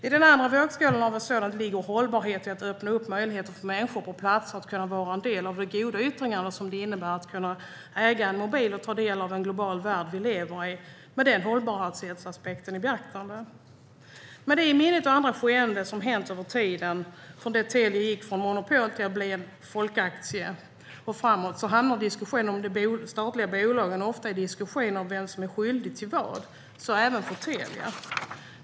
I den andra vågskålen ligger hållbarhet i fråga om att öppna upp för en del av de goda yttringar som det innebär att kunna äga en mobil och ta del av den globala värld vi lever i, med hållbarhetsaspekten i beaktande. Med det och andra skeenden i minnet, från att Telia gick från monopol till att det skulle bli en så kallad folkaktie och framåt, leder diskussionen om de statliga bolagen ofta till vem som är skyldig till vad. Det gäller även Telia.